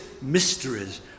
mysteries